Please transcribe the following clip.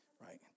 Right